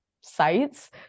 sites